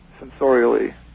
sensorially